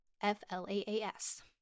F-L-A-A-S